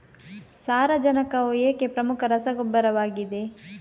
ಸಾರಜನಕವು ಏಕೆ ಪ್ರಮುಖ ರಸಗೊಬ್ಬರವಾಗಿದೆ?